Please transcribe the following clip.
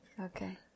Okay